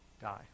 die